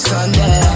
Sunday